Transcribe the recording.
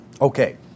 Okay